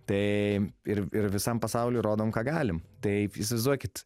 tai ir ir visam pasauliui rodom ką galim tai įsivaizduokit